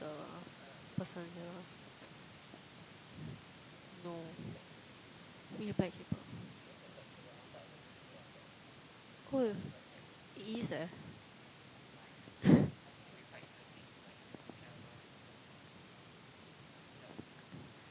the person here no hold it is eh